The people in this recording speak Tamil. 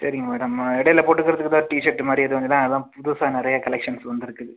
சரிங்க மேடம் இடையில போட்டுக்கறதுக்கு எதா டீஷர்ட் மாதிரி எதுவும் இருந்துதுன்னா அதான் புதுசாக நிறைய கலெக்ஷன்ஸ் வந்துருக்கு